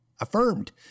affirmed